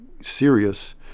serious